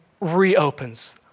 reopens